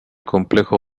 complejo